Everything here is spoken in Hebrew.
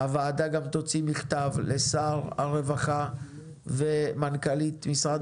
הוועדה גם תוציא מכתב לשר הרווחה ומנכ"לית משרד